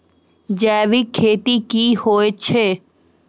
जैविक खेती की होय छै?